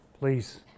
please